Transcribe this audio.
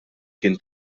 kien